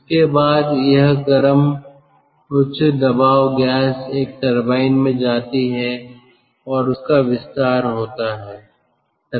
उसके बाद वह गर्म उच्च दबाव गैस एक टरबाइन में जाती है और उसका विस्तार होता है